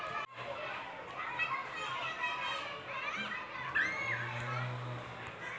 भारत आणि पुरा जगमा च्या हावू पेवानी गोट शे